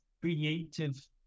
creative